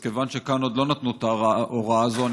אז כיוון שכאן עוד לא נתנו את ההוראה הזאת,